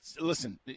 Listen